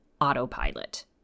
autopilot